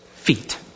feet